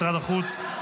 משרד החוץ,